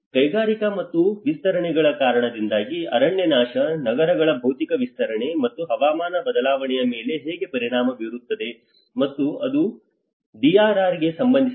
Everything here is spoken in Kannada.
ಕೈಗಾರಿಕಾ ಮತ್ತು ವಿಸ್ತರಣೆಗಳ ಕಾರಣದಿಂದಾಗಿ ಅರಣ್ಯನಾಶ ನಗರಗಳ ಭೌತಿಕ ವಿಸ್ತರಣೆ ಮತ್ತು ಹವಾಮಾನ ಬದಲಾವಣೆಯ ಮೇಲೆ ಹೇಗೆ ಪರಿಣಾಮ ಬೀರುತ್ತದೆ ಮತ್ತು ಅದು ಮತ್ತೆ DRR ಗೆ ಸಂಬಂಧಿಸಿದೆ